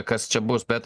kas čia bus bet